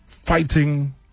fighting